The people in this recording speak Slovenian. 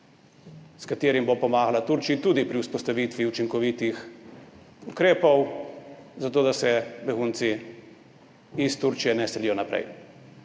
s katerim bo pomagala Turčiji tudi pri vzpostavitvi učinkovitih ukrepov za to, da se begunci iz Turčije ne selijo naprej.